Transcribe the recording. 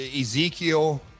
Ezekiel